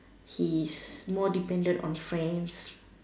he's more depend on friends